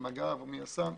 ממג"ב או מיס"מ,